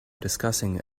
discussing